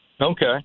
Okay